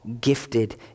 gifted